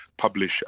publish